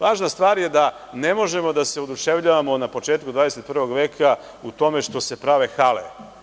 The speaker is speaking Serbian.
Važna stvar je da ne možemo da se oduševljavamo na početku 21. veka u tome što se prave hale.